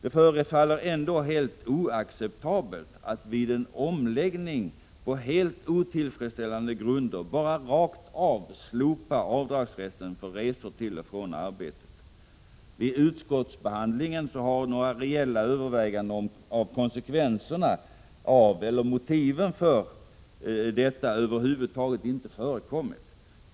Det förefaller ändå helt oacceptabelt att vid en omläggning, på helt otillfredsställande grunder, bara rakt av slopa avdragsrätten för resor till och från arbetet. Vid utskottsbehandlingen har några reella överväganden av konsekvenserna av detta över huvud taget inte förekommit.